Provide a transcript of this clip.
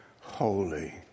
holy